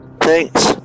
Thanks